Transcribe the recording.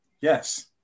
yes